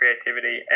creativity